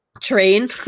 train